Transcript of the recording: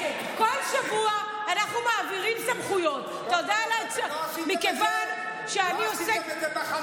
בכל שבוע אנחנו מעבירים סמכויות, מה אתם עשיתם?